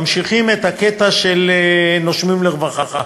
ממשיכים את הקטע של "נושמים לרווחה".